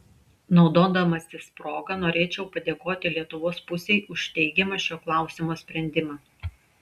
naudodamasis proga norėčiau padėkoti lietuvos pusei už teigiamą šio klausimo sprendimą